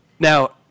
Now